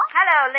Hello